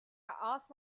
asked